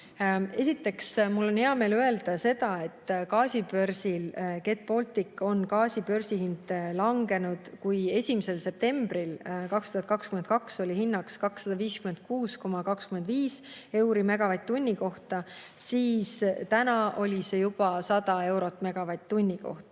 Esiteks, mul on hea meel öelda, et gaasibörsil GET Baltic on gaasi börsihind langenud. Kui 1. septembril 2022 oli hinnaks 256,25 eurot megavatt-tunni kohta, siis täna oli see juba 100 eurot megavatt-tunni kohta,